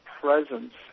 presence